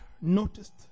noticed